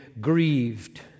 grieved